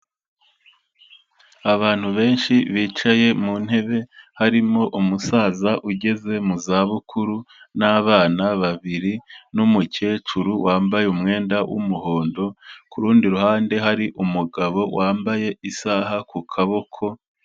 Abantu benshi bicaye mu ntebe, harimo umusaza ugeze mu zabukuru, n'abana babiri n'umukecuru wambaye umwenda w'umuhondo, ku rundi ruhande hari umugabo wambaye isaha ku kaboko...